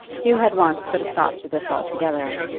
hugh had once put a stop to this altogether.